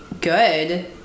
good